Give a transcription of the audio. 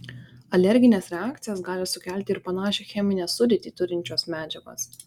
alergines reakcijas gali sukelti ir panašią cheminę sudėtį turinčios medžiagos